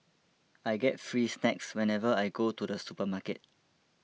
I get free snacks whenever I go to the supermarket